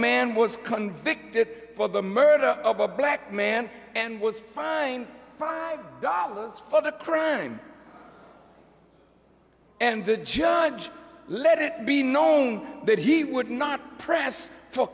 man was convicted for the murder of a black man and was fined five dollars for the crime and the judge let it be known that he would not press for